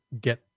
get